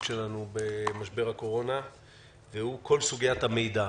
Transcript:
שלנו במשבר הקורונה והוא כל סוגיית המידע.